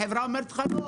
החברה אומרת לך: "לא,